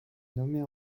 nommée